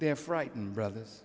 they're frightened brothers